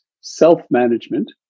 Self-Management